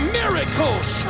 miracles